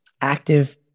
active